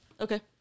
Okay